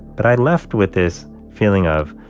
but i left with this feeling of